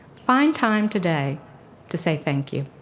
find time today to say thank you.